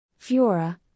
Fiora